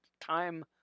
time